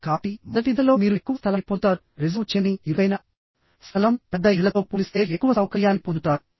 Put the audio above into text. కాబట్టి మొదటి దశలో మీరు ఎక్కువ స్థలాన్ని పొందుతారురిజర్వు చేయని ఇరుకైన స్థలం పెద్ద ఇళ్లతో పోలిస్తే ఎక్కువ సౌకర్యాన్ని పొందుతారు